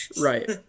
Right